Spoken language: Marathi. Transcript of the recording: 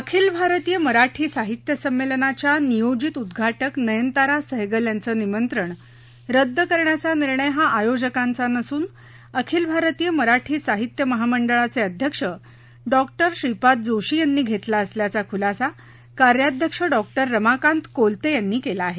अखिल भारतीय मराठी साहित्य संमेलनाच्या नियोजित उद्घाटक नयनतारा सहगल यांचं निमंत्रण रद्द करण्याचा निर्णय हा आयोजकांचा नसून अखिल भारतीय मराठी साहित्य महामंडळाचे अध्यक्ष डॉक्टर श्रीपाद जोशी यांनी घेतला असल्याचा खुलासा कार्याध्यक्ष डॉक्टर रमाकांत कोलते यांनी केला आहे